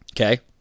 Okay